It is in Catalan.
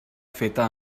feta